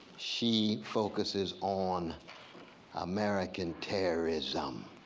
she focuses on american terrorism,